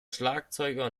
schlagzeuger